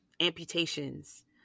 amputations